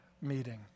meeting